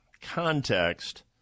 context